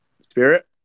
Spirit